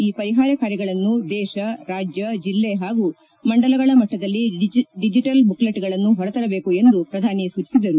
ಈ ಪರಿಹಾರ ಕಾರ್ಯಗಳನ್ನು ದೇಶ ರಾಜ್ಯ ಜಿಲ್ಲೆ ಹಾಗೂ ಮಂಡಲಗಳ ಮಟ್ಟದಲ್ಲಿ ಡಿಜಿಟಲ್ ಬುಕೆಲೆಟ್ಗಳನ್ನು ಹೊರತರಬೇಕು ಎಂದು ಸೂಚಿಸಿದರು